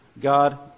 God